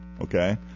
Okay